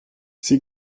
sie